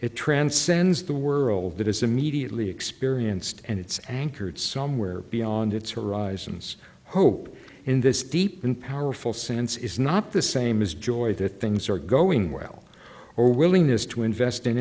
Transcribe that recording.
it transcends the world that is immediately experienced and it's anchored somewhere beyond its horizons hope in this deep in powerful sense is not the same as joy that things are going well or willingness to invest in